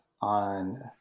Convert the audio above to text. on